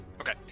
Okay